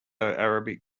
arabic